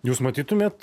jūs matytumėt